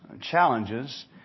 challenges